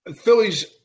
Phillies